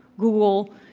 google,